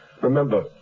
Remember